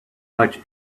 much